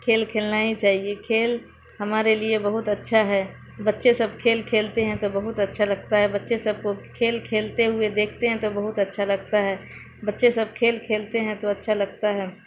کھیل کھیلنا ہی چاہیے کھیل ہمارے لیے بہت اچھا ہے بچے سب کھیل کھیلتے ہیں تو بہت اچھا لگتا ہے بچے سب کو کھیل کھیلتے ہوئے دیکھتے ہیں تو بہت اچھا لگتا ہے بچے سب کھیل کھیلتے ہیں تو اچھا لگتا ہے